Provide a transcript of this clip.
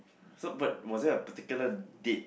so but was there a particular date